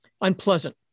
unpleasant